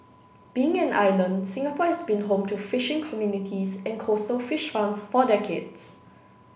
being an island Singapore has been home to fishing communities and coastal fish farms for decades